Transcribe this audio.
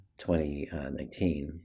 2019